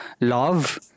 love